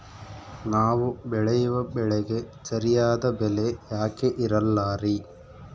ನಾವು ಬೆಳೆಯುವ ಬೆಳೆಗೆ ಸರಿಯಾದ ಬೆಲೆ ಯಾಕೆ ಇರಲ್ಲಾರಿ?